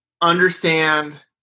understand